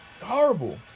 Horrible